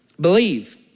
Believe